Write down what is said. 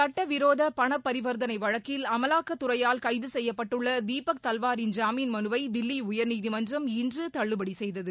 சுட்டவிரோத பணப்பரிவர்த்தனை வழக்கில் அமலாக்கத்துறையால் கைது செய்யப்பட்டுள்ள தீபக் தல்வாரின் ஜாமின் மனுவை தில்லி உயர்நீதிமன்றம் இன்று தள்ளுபடி செய்தது